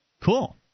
Cool